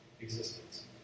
existence